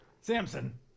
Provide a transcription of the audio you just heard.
Samson